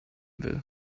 will